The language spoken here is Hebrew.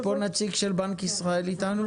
יש פה נציג של בנק ישראל איתנו?